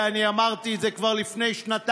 ואני אמרתי את זה כבר לפני שנתיים,